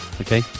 okay